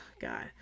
God